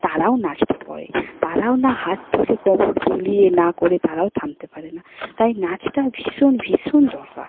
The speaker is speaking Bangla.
তারাও নাচটা করে তারাও না হাত তুলে কোমর দুলিয়ে না করে তারাও থামতে পারে না তাই নাচটা ভীষণ ভীষণ দরকার